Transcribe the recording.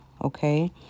Okay